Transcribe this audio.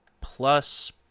plus